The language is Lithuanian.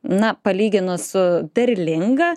na palyginus su derlinga